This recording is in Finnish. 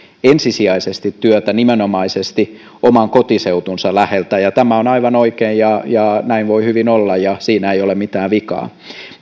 ensisijaisesti nimenomaisesti oman kotiseutunsa läheltä ja tämä on aivan oikein ja ja näin voi hyvin olla siinä ei ole mitään vikaa